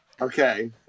Okay